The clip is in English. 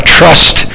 trust